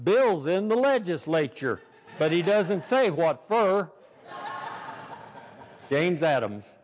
bills in the legislature but he doesn't say what fur gains adams